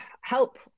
help